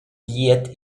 gliet